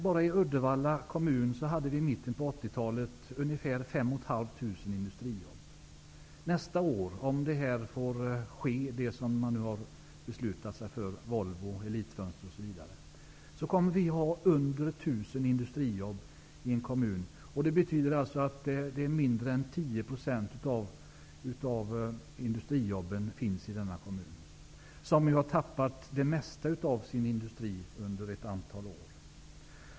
Bara i Uddevalla kommun fanns i mitten av 80-talet ungefär 5 500 industrijobb. Nästa år -- om det som bl.a. Volvo och Elit-Fönster beslutat sig för får ske -- kommer vi att ha minde än 1 000 industrijobb. Det betyder att mindre än 10 % av industrijobben finns i denna kommun, som har tappat det mesta av sin industri under ett antal år.